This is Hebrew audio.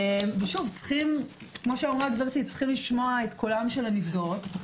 שוב, יש לשמוע את קולן של הנפגעות.